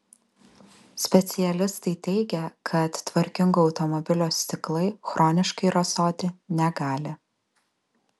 specialistai teigia kad tvarkingo automobilio stiklai chroniškai rasoti negali